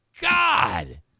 God